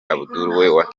abdoul